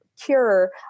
cure